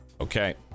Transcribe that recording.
Okay